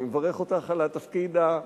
אני מברך אותך על התפקיד האחראי הזה.